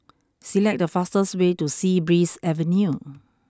select the fastest way to Sea Breeze Avenue